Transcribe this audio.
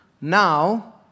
now